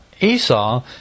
Esau